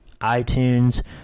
iTunes